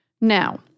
Now